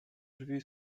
drzwi